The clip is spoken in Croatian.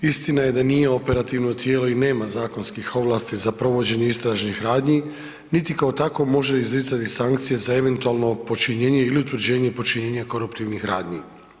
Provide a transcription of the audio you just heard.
Istina je da nije operativno tijelo i nema zakonskih ovlasti za provođenje istražnih radnji, niti kao takvo može izricati sankcije za eventualno počinjenje ili utvrđenje počinjenja koruptivnih radnji.